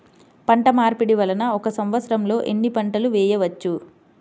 పంటమార్పిడి వలన ఒక్క సంవత్సరంలో ఎన్ని పంటలు వేయవచ్చు?